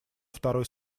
второй